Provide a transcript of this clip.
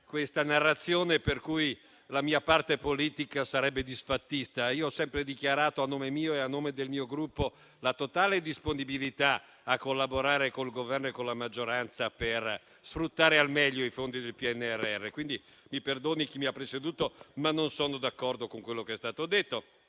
la narrazione per cui la mia parte politica sarebbe disfattista. Io ho sempre dichiarato, a nome mio e del mio Gruppo, la totale disponibilità a collaborare con il Governo e con la maggioranza per sfruttare al meglio i fondi del PNRR. Quindi, mi perdoni chi mi ha preceduto, ma non sono d'accordo con quello che è stato detto.